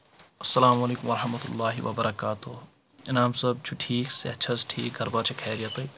اَسلامُ علیکُم ورحمة الله وبركاته انعام صٲب چھُ ٹھیٖک صحت چھٔز ٹھیٖک گرٕ بار چھےٚ خیرِیَت تۄہہِ